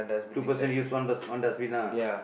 two person use one one dustbin lah